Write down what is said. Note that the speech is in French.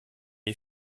est